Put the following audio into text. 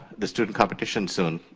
the student competition soon,